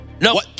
No